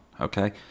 okay